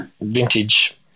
vintage –